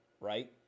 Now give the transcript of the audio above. right